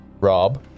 Rob